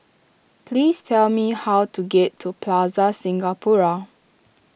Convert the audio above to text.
please tell me how to get to Plaza Singapura